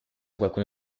qualcuno